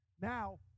Now